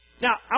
Now